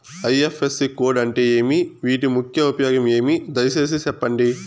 IFSC code అంటే ఏమి? వీటి ముఖ్య ఉపయోగం ఏమి? దయసేసి సెప్పండి?